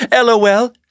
LOL